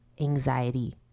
anxiety